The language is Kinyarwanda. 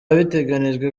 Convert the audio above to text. biteganijwe